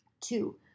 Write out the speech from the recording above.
Two